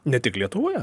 ne tik lietuvoje